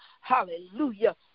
hallelujah